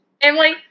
Emily